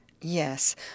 Yes